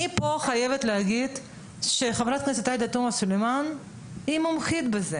כאן אני חייבת להגיד שחברת הכנסת עאידה תומא סלימאן מומחית בזה.